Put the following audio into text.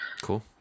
Cool